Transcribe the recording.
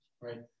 right